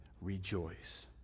Rejoice